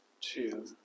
two